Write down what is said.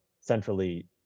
centrally